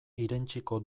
irentsiko